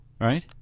right